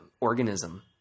organism